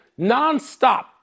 nonstop